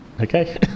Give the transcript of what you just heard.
okay